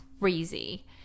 crazy